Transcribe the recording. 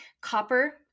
copper